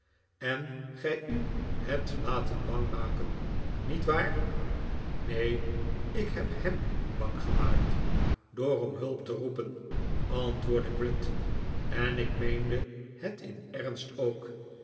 en gij u hebt laten bang maken niet waar rmwm mm nikolaas nickleby neen ik heb hem bang gemaakt door om hulp te roepen antwoordde gride en ik meende het in ernst ook